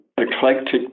eclectic